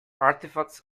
artifacts